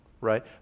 right